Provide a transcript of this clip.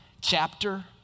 chapter